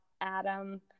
Adam